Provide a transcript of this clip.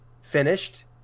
finished